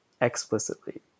explicitly